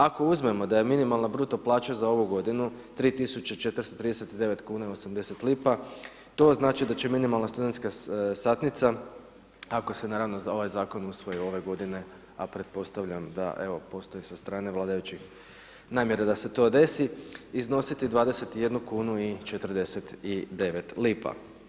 Ako uzmemo da je minimalna bruto plaća za ovu godinu 3 tisuće 439 kuna i 80 lipa, to znači da će minimalna studentska satnica, ako se naravno za ovaj Zakon usvoji ove godine a pretpostavljam da evo postoji sa strane vladajućih namjera da se to desi, iznositi 21 kunu i 49 lipa.